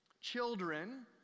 children